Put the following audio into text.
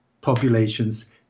populations